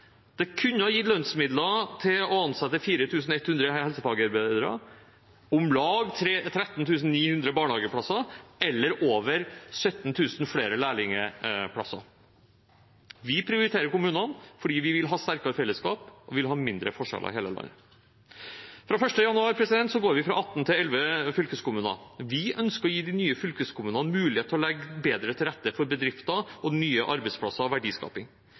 Det kunne ha gitt lønnsmidler til å ansette 4 100 helsefagarbeidere, om lag 13 900 barnehageplasser eller over 17 000 flere lærlingplasser. Vi prioriterer kommunene fordi vi vil ha sterkere fellesskap, og vi vil ha mindre forskjeller i hele landet. Fra 1. januar går vi fra 18 til 11 fylkeskommuner. Vi ønsker å gi de nye fylkeskommunene mulighet til å legge bedre til rette for bedrifter, nye arbeidsplasser og verdiskaping.